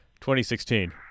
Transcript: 2016